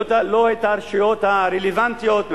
לא את הרשויות הרלוונטיות,